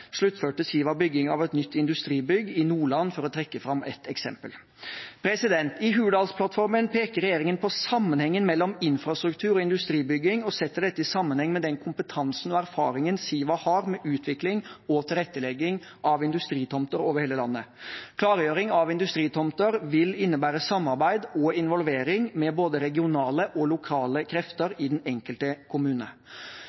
sluttførte Siva byggingen av et nytt industribygg i Nordland, for å trekke fram ett eksempel. I Hurdalsplattformen peker regjeringen på sammenhengen mellom infrastruktur og industribygging og setter dette i sammenheng med den kompetansen og erfaringen Siva har med utvikling og tilrettelegging av industritomter over hele landet. Klargjøring av industritomter vil innebære samarbeid og involvering med både regionale og lokale